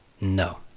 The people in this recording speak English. no